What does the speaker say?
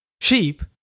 sheep